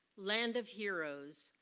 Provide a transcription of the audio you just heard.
land of heroes.